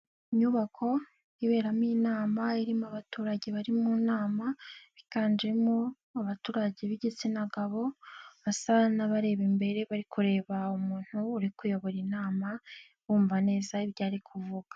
Inyubako iberamo inama irimo abaturage bari mu nama, biganjemo abaturage b'igitsina gabo, basa n'abareba imbere bari kureba umuntu uri kuyobora inama bumva neza ibyo ari kuvuga.